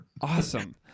Awesome